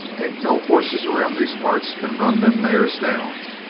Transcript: ain't no hosses around these parts can run them mares down!